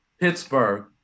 Pittsburgh